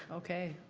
okay.